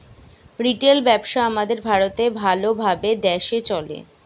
retail ব্যবসা আমাদের ভারতে ভাল ভাবে দ্যাশে চলে